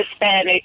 Hispanic